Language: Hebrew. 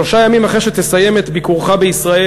שלושה ימים אחרי שתסיים את ביקורך בישראל